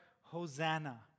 Hosanna